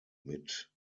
mit